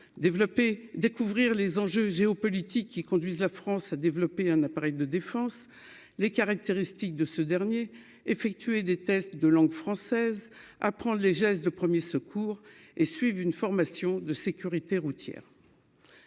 découvrir les enjeux géopolitiques qui conduisent la France a développé un appareil de défense les caractéristiques de ce dernier, effectuer des tests de langue française, à prendre les gestes de premiers secours et suivent une formation de sécurité routière.